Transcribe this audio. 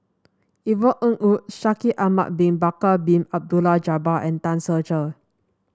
Yvonne Ng Uhde Shaikh Ahmad Bin Bakar Bin Abdullah Jabbar and Tan Ser Cher